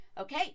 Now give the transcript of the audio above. Okay